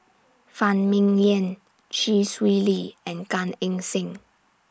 Phan Ming Yen Chee Swee Lee and Gan Eng Seng